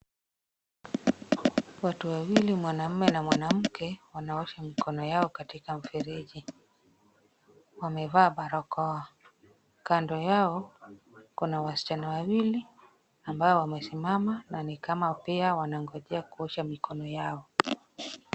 Watu wawili, mwanamume na mwanamke wanaosha mikono yao katika mfereji. Wamevaa barakoa. Kando yao kuna wasichana wawili ambao wamesimama na ni kama pia wanangonjea kuosha mikono yao.